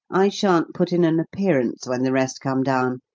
i shan't put in an appearance when the rest come down.